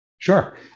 sure